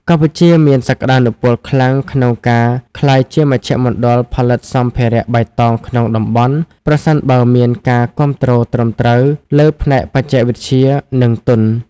កម្ពុជាមានសក្ដានុពលខ្លាំងក្នុងការក្លាយជាមជ្ឈមណ្ឌលផលិតសម្ភារៈបៃតងក្នុងតំបន់ ប្រសិនបើមានការគាំទ្រត្រឹមត្រូវលើផ្នែកបច្ចេកវិទ្យា និងទុន។